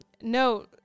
no